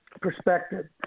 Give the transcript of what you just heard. perspective